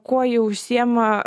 kuo ji užsiima